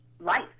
life